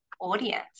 audience